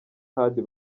hadi